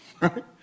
Right